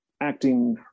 acting